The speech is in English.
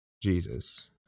Jesus